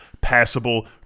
passable